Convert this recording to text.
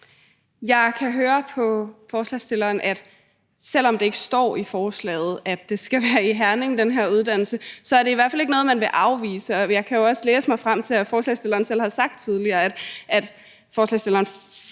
Jeg kan høre på forslagsstilleren, at selv om det ikke står i forslaget, at den her uddannelse skal være i Herning, så er det i hvert fald ikke noget, man vil afvise, og jeg kan jo også læse mig frem til, at forslagsstilleren tidligere selv har sagt, at forslagsstilleren